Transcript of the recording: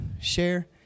share